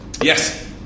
Yes